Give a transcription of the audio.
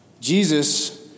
Jesus